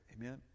Amen